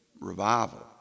revival